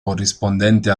corrispondente